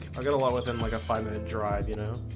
i got along with him like a five minute drive, you know